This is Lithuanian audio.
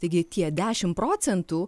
taigi tie dešim procentų